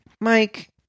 Mike